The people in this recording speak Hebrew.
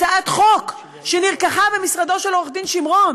הצעת חוק שנרקחה במשרדו של עורך-דין שמרון,